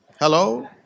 Hello